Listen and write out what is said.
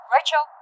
Rachel